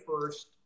first